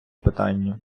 питанню